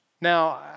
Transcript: Now